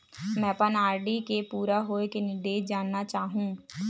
मैं अपन आर.डी के पूरा होये के निर्देश जानना चाहहु